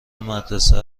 مدرسه